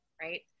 right